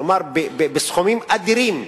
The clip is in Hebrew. כלומר בסכומים אדירים,